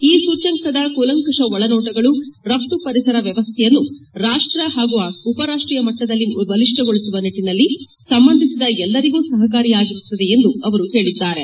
ಈ ಸೂಚ್ಯಂಕದ ಕೂಲಂಕುಷ ಒಳನೋಟಗಳು ರಘ್ತುಪರಿಸರ ವ್ಯವಸ್ಥೆಯನ್ನು ರಾಪ್ಷ ಹಾಗೂ ಉಪರಾಷ್ವೀಯಮಟ್ಟದಲ್ಲಿ ಬಲಿಷ್ಟಗೊಳಿಸುವ ನಿಟ್ಟನಲ್ಲಿ ಸಂಬಂಧಿಸಿದ ಎಲ್ಲರಿಗೂ ಸಹಕಾರಿಯಾಗಿರುತ್ತದೆ ಎಂದು ಅವರು ಹೇಳಿದ್ದಾರೆ